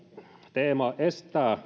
teema estää